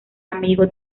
amigo